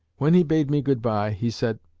when he bade me good-bye, he said,